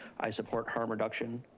i support harm reduction,